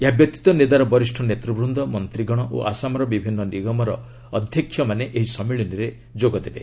ଏହା ବ୍ୟତୀତ ନେଦାର ବରିଷ୍ଣ ନେତୃବୃନ୍ଦ ମନ୍ତ୍ରୀଗଣ ଓ ଆସାମର ବିଭିନ୍ନ ନିଗମର ଅଧ୍ୟକ୍ଷମାନେ ଏହି ସମ୍ମିଳନୀରେ ଯୋଗଦେବେ